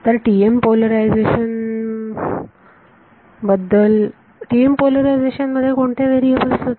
तर TM polarization बरोबर TM polarization मध्ये कोणते व्हेरीएबल्स होते